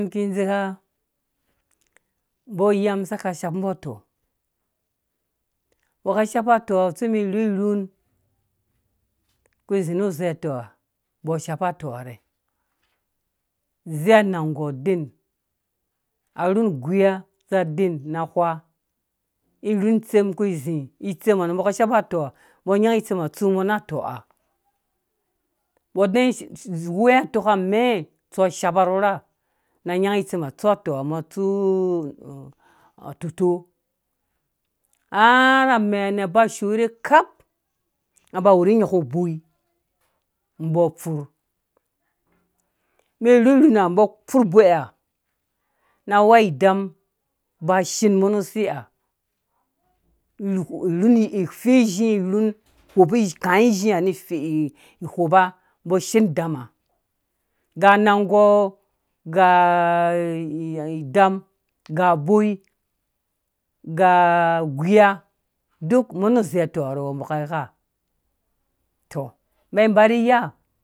Ki dzeka mbɔ iyamum saka shapu mbɔ atɔh mbɔ ka shapa atɔh sei mɛm rhurhun kũzĩ nu dze. atɔha mbɔ shapa atɔharhɛ zɛɛ anangɛgɔ arhun guya za den na wha irhun tsem kũ zĩ itsemaatsu mɔ na atɔha mɔ adɛɛ woi atɔka amɛɛ natsu shapa rru rha na nyanyi itsɛm ha tsu atɔha mɔ atsu atuto har amɛɛ nɛ ba shorhe kap nga ba wuri nyaku boi mbɔ furh mɛm irhirhun ha mbɔ. furh uboi ha na wou idam ba shen mɔ na siha men ife izhi rhu kaĩ izhi ha ni fe hopa mbɔ shen idam ha ga anang gɔɔ ga idam ga uboi ga uguya dukmɔ nu uzɛ atɔha mbɔ kai igha tɔmɛn ba rri iya.